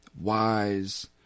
wise